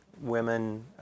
women